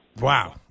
Wow